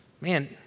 man